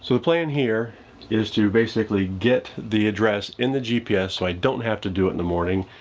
so the plan here is to basically get the address in the gps so i don't have to do it in the morning,